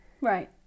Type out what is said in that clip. Right